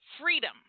freedom